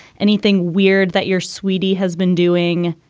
anything weird that your sweetie has been doing?